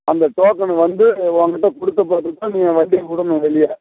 அந்த டோக்கனு வந்து உன் கிட்டே கொடுத்த பிறகு தான் நீ வண்டியை விடணும் வெளியே